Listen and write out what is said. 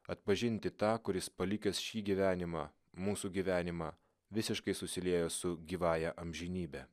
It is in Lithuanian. atpažinti tą kuris palikęs šį gyvenimą mūsų gyvenimą visiškai susiliejo su gyvąja amžinybe